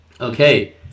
Okay